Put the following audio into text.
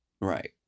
Right